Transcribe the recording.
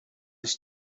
ich